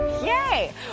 Yay